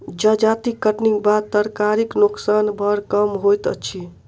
जजाति कटनीक बाद तरकारीक नोकसान बड़ कम होइत अछि